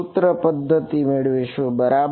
સૂત્રોની પદ્ધતિ મેળવીશું બરાબર